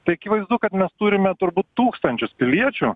tai akivaizdu kad mes turime turbūt tūkstančius piliečių